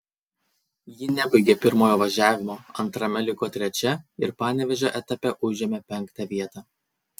ji nebaigė pirmojo važiavimo antrame liko trečia ir panevėžio etape užėmė penktą vietą